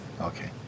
okay